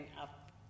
up